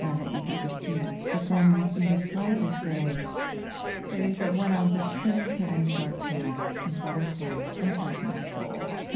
that you could perceive. but then you describe this day and you said, when i was a skinny kid in short pants, butterflies entered my soul. ah